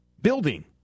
building